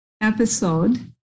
episode